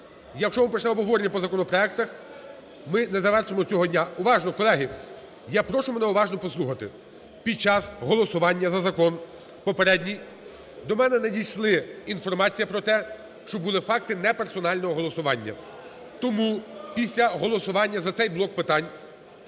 Якщо ми почнемо обговорення по законопроектах, ми не завершимо цього дня. Уважно, колеги! Я прошу мене уважно послухати, під час голосування за закон попередній до мене надійшла інформація про те, що були факти неперсонального голосування. Тому після голосування за цей блок питань